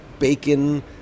bacon